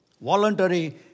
Voluntary